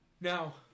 Now